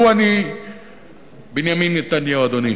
לו אני בנימין נתניהו, אדוני,